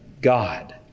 God